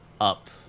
up